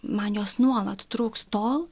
man jos nuolat trūks tol